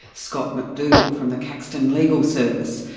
scott mcdougal, from the caxton legal service,